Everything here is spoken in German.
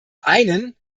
einen